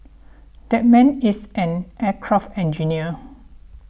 that man is an aircraft engineer